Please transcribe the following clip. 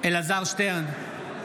אלעזר שטרן,